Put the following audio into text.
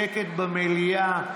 שקט במליאה.